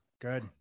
good